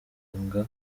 banga